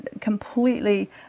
completely